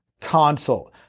consult